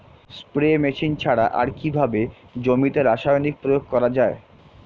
Spray machine ছাড়া আর কিভাবে জমিতে রাসায়নিক প্রয়োগ করা যায়?